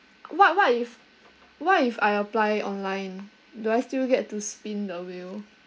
what what if what if I apply online do I still get to spin the wheel